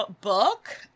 book